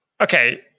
okay